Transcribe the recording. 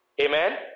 amen